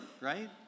right